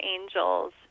angels